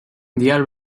diğer